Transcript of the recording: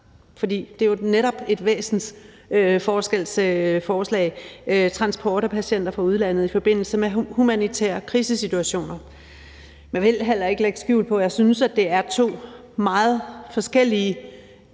og det er netop en væsensforskel i forslaget – transport af patienter fra udlandet i forbindelse med humanitære krisesituationer. Men jeg vil heller ikke lægge skjul på, at jeg synes, at det er to meget forskellige